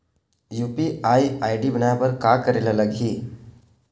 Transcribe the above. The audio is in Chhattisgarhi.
यू.पी.आई आई.डी बनाये बर का करे ल लगही?